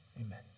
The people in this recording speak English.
amen